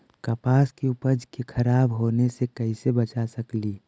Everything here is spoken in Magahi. कपास के उपज के खराब होने से कैसे बचा सकेली?